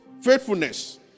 Faithfulness